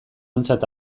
ontzat